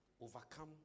Overcome